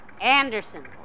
Anderson